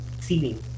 ceiling